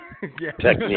technique